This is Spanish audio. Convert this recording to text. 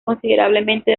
considerablemente